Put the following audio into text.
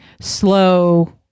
Slow